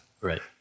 right